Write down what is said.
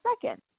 second